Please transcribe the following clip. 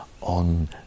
on